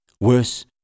Worse